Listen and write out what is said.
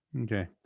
Okay